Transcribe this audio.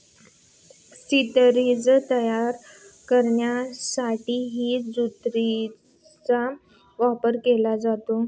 सतरंजी तयार करण्यासाठीही ज्यूटचा वापर केला जातो